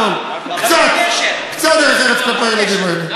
קצת דרך ארץ כלפי הילדים האלה.